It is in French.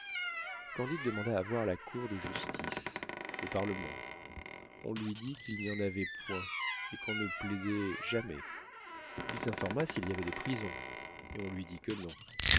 candide demanda à voir la cour de justice le parlement on lui dit qu'il n'y en avait point et qu'on ne plaidait jamais il s'informa s'il y avait des prisons et on lui dit que non